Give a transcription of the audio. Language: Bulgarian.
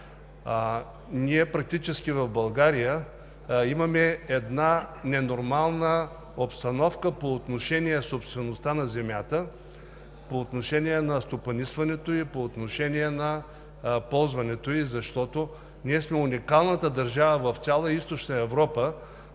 практически имаме една ненормална обстановка по отношение на собствеността на земята, по отношение на стопанисването ѝ, по отношение на ползването ѝ, защото ние сме уникалната държава в цяла Източна Европа,